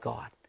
God